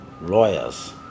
lawyers